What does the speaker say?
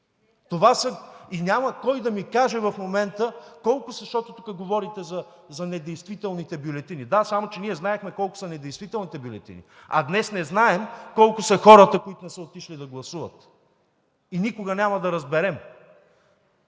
И няма кой да ми каже в момента колко са, защото тук говорите за недействителните бюлетини. Да, само че ние знаехме колко са недействителните бюлетини, а днес не знаем колко са хората, които не са отишли да гласуват. И никога няма да разберем,